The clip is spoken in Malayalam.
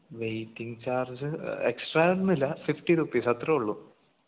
വെയ്റ്റിംഗ് ചാർജ് എക്സ്ട്രാ ഒന്നുമില്ല ഫിഫ്റ്റി റുപ്പീസ് അത്രേ ഉള്ളൂ